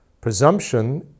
Presumption